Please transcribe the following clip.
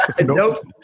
nope